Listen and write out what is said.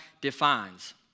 defines